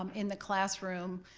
um in the classroom,